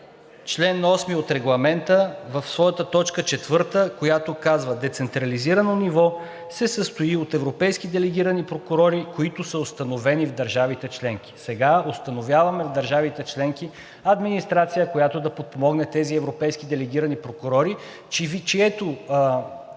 чл. 8 от Регламента в своята т. 4, която казва: „Децентрализирано ниво се състои от европейски делегирани прокурори, които са установени в държавите членки.“ Сега установяваме в държавите членки администрация, която да подпомогне тези европейски делегирани прокурори, чието